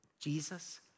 Jesus